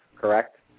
correct